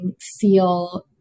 feel